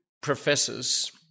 professors